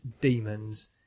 demons